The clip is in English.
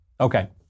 Okay